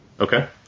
Okay